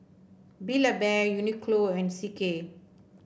Build A Bear Uniqlo and C K